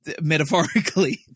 metaphorically